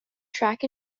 track